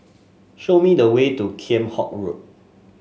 show me the way to Kheam Hock Road